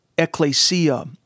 Ecclesia